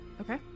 Okay